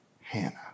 Hannah